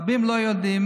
רבים לא יודעים,